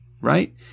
right